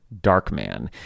Darkman